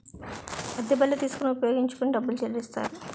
అద్దె బళ్ళు తీసుకొని ఉపయోగించుకొని డబ్బులు చెల్లిస్తారు